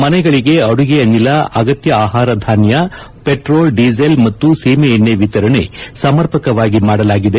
ಮನೆಗಳಿಗೆ ಅಡುಗೆ ಅನಿಲ ಅಗತ್ಯ ಆಹಾರಧಾನ್ಲ ಪೆಟ್ರೋಲ್ ಡಿಸೇಲ್ ಮತ್ತು ಸೀಮೆಎಣ್ಣ ವಿತರಣೆ ಸಮರ್ಪಕವಾಗಿ ಮಾಡಲಾಗಿದೆ